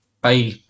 Bye